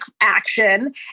action